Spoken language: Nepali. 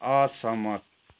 असहमत